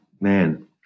man